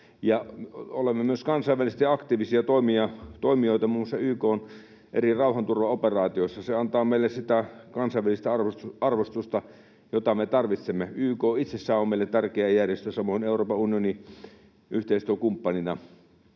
olemme myös kansainvälisesti aktiivisia toimijoita muun muassa YK:n eri rauhanturvaoperaatioissa. Se antaa meille sitä kansainvälistä arvostusta, jota me tarvitsemme. YK itsessään on meille tärkeä järjestö, samoin Euroopan unioni yhteistyökumppanina,